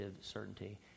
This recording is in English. certainty